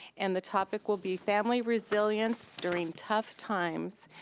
and the topic will be family resilience during tough times,